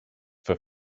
for